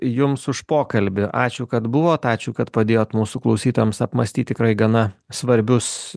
jums už pokalbį ačiū kad buvot ačiū kad padėjot mūsų klausytojams apmąstyt tikrai gana svarbius